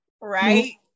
right